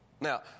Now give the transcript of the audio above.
Now